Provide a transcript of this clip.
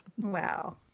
Wow